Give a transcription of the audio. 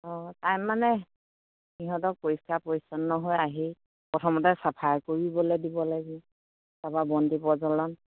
অঁ টাইম মানে সিহঁতক পৰিষ্কাৰ পৰিচ্ছন্ন হৈ আহি প্ৰথমতে চাফা কৰিবলে দিব লাগিব তাপা বন্তি প্ৰজ্বলন